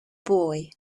boy